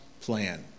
plan